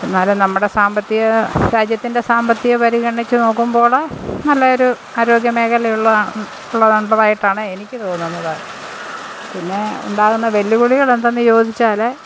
എന്നാലും നമ്മുടെ സാമ്പത്തിക രാജ്യത്തിൻ്റെ സാമ്പത്തിക പരിഗണിച്ച് നോക്കുമ്പോൾ നല്ല ഒരു ആരോഗ്യമേഖല ഉള്ളതാ ഉളളതാ ഉള്ളതായിട്ടാണ് എനിക്ക് തോന്നുന്നത് പിന്നെ ഉണ്ടാകുന്ന വെല്ലുവിളികളെന്തെന്ന് ചോദിച്ചാൽ